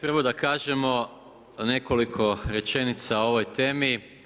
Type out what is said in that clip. Prvo da kažemo nekoliko rečenica o ovoj temi.